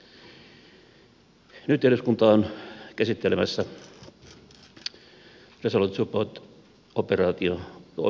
nyt eduskunta on käsittelemässä resolute support operaatiota koskevaa selontekoa